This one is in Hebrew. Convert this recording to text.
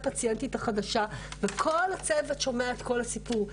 הפציינטית החדשה וכל הצוות שומע את כל הסיפור.